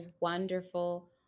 wonderful